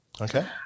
Okay